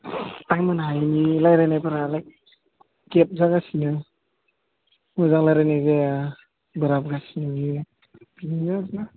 time होनो हायिनि रायज्लायनायफोरा गेप जागासिनो मोजां रायज्लायनाय जाया बोराबगासिनो बियो बेनो आरो ना